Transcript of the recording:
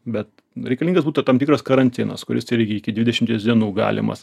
bet reikalingas būtų ir tam tikras karantinas kuris irgi iki dvidešimties dienų galimas